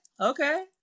okay